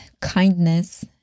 kindness